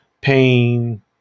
pain